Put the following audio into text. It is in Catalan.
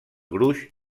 gruix